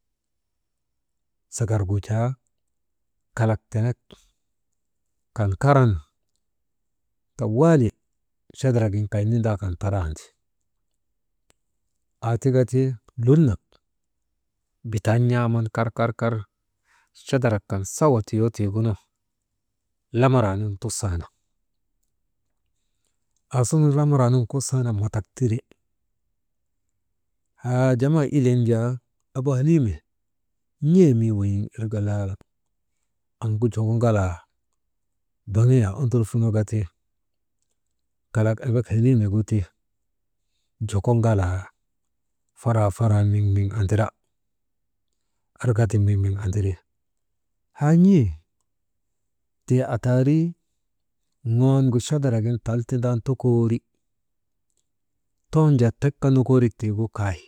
Sagargu jaa kalak tenek kan karan tawaali kay nindaa kan tarandi, aa tika ti le nak bitan n̰aaman kar, kar, kar chadarak kan sawa tiyoo tiigunu, lamaran tusaana, aa suŋun lamaranun kusaanan matak tire, haa jamaa ileŋ jaa abaheliime, n̰ee mii weyiŋ irka laala amgu joko ŋalaa baŋiyaa ondurfunoka ti, kalak embek heliimegu ti juko ŋalaa faraa, faraa miŋ miŋ andira arka ti miŋ, miŋ andiri, haan̰ee tii atarii, ŋoongu chadaragin tal tindaanu tokoori, ton jaa tek kaa tiigu nokoorik kay.